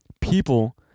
people